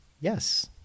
Yes